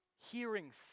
Hearing